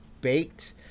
baked